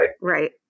Right